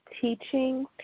teaching